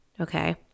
okay